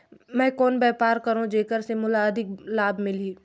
मैं कौन व्यापार करो जेकर से मोला अधिक लाभ मिलही?